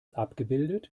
abgebildet